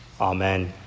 Amen